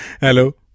Hello